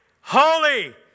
holy